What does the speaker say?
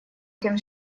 тем